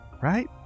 Right